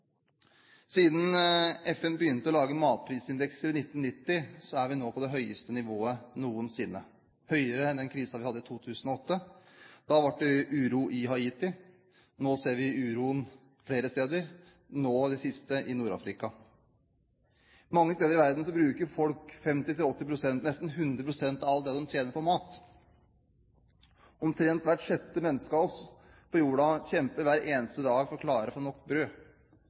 Siden FN begynte å lage matprisindekser i 1990, er vi nå på det høyeste nivået noensinne – høyere enn under den krisen vi hadde i 2008. Da ble det uro i Haiti. Nå ser vi uro flere steder, i det siste i Nord-Afrika. Mange steder i verden bruker folk 50–80 pst., eller nesten 100 pst., av alt det de tjener, på mat. Omtrent hvert sjette menneske på jorda kjemper hver eneste dag for å klare å få nok